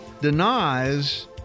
denies